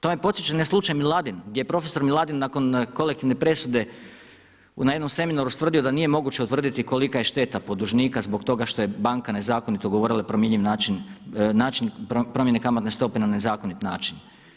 To me podsjećaj na slučaj Miladin, gdje je profesor Miladin nakon kolektivne presude na jednom seminaru ustvrdio da nije moguće utvrditi kolika je šteta po dužnika zbog toga što je banka nezakonito govorila da je promjenjiv način, način promjene kamatne stope na nezakonit način.